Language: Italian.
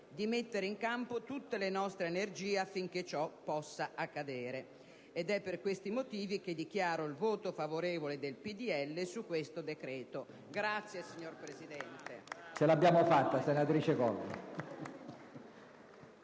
di mettere in campo tutte le nostre energie affinché ciò possa accadere. È per questi motivi che dichiaro il voto favorevole del PdL a questo provvedimento. La ringrazio, signor Presidente.